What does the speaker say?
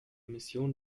mission